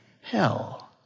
hell